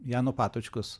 jano patočkos